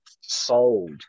sold